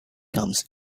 comes